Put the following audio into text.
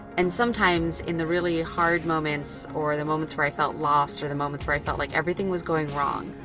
and sometimes, in the really hard moments or the moments where i felt lost or the moments where i felt like everything was going wrong,